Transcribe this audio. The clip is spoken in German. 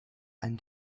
ein